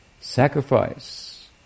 sacrifice